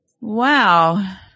wow